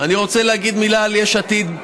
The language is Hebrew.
אני רוצה להגיד מילה על יש עתיד,